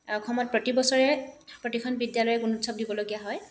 অসমত প্ৰতি বছৰে প্ৰতিখন বিদ্যালয়ে গুণোৎসৱ দিবলগীয়া হয়